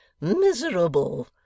Miserable